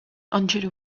angelo